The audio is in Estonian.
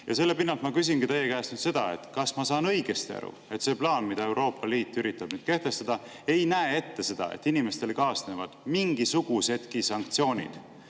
Ja selle pinnalt ma küsingi teie käest nüüd seda. Kas ma saan õigesti aru, et see plaan, mida Euroopa Liit üritab nüüd kehtestada, ei näe ette seda, et inimestele kaasnevad mingisugused sanktsioonid